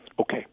Okay